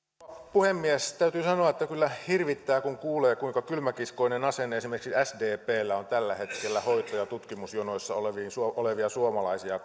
puhemies täytyy sanoa että kyllä hirvittää kun kuulee kuinka kylmäkiskoinen asenne esimerkiksi sdpllä on tällä hetkellä hoito ja tutkimusjonoissa olevia suomalaisia